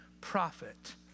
prophet